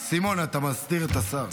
סימון, אתה מסתיר את השר.